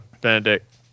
Benedict